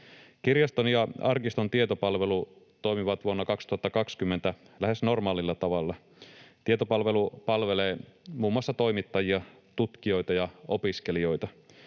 Kirjaston ja arkiston tietopalvelu toimivat vuonna 2020 lähes normaalilla tavalla. Tietopalvelu palvelee muun muassa toimittajia, tutkijoita ja opiskelijoita.